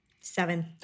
Seven